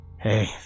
Hey